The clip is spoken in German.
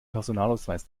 personalausweis